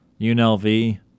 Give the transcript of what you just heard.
UNLV